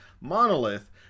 Monolith